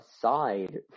aside